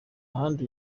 handi